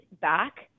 back